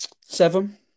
seven